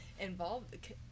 involved